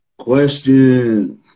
Question